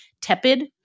tepid